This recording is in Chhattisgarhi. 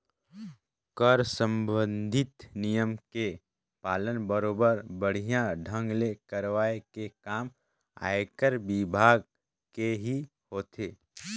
कर संबंधित नियम के पालन बरोबर बड़िहा ढंग ले करवाये के काम आयकर विभाग केही होथे